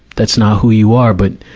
that's not who you are. but,